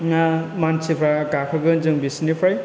ना मानसिफ्रा गाखोगोन जों बिसिनिफ्राय